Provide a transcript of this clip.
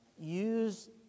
Use